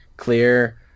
clear